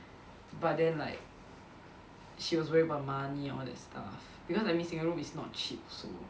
but then like she was worried about money and all that stuff because I mean single room is not cheap so